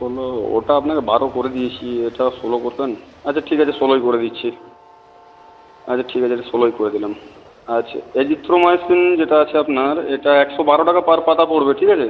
ষোলো ওটা আপনাকে বারো করে দিয়েছি এটা ষোলো করবেন আচ্ছা ঠিক আছে ষোলোই করে দিচ্ছি আচ্ছা ঠিক আছে এটা ষোলোই করে দিলাম আচ্ছা এজিথ্রমাইসিন যেটা আছে আপনার এটা একশো বারো টাকা পার পাতা পড়বে ঠিক আছে